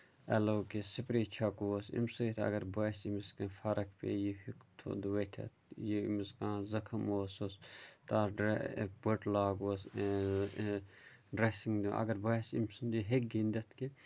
L او کے spray چھکہوس اَمہِ سۭتۍ اَگر باسہِ أمِس کیٚنہہ فرق پیٚیہِ یہِ ہیٚوک تھوٚد ؤتھِتھ یہِ أمِس کانٛہہ زَخٔمۍ اوس سُہ تَتھ پٔٹۍ لاگوس ڈریسِنٛگ اَگر باسہِ أمِس یہِ ہیٚکہِ گِنٛدِتھ کہِ